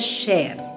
share